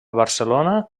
barcelona